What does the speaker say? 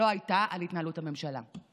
לא הייתה על התנהלות הממשלה.